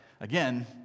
again